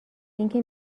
اینکه